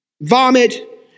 vomit